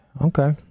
Okay